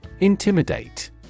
Intimidate